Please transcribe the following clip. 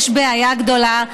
יש בעיה גדולה,